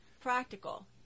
practical